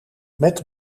met